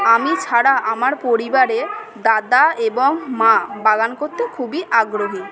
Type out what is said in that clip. আমি ছাড়া আমার পরিবারে দাদা এবং মা বাগান করতে খুবই আগ্রহী